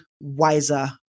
wiser